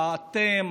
אתם,